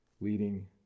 leading